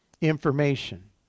information